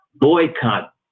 boycott